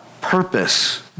Purpose